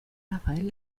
rafael